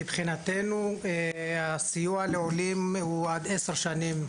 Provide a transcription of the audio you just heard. מבחינתנו הסיוע לעולים הוא עד עשר שנים,